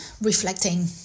reflecting